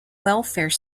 welfare